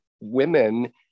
women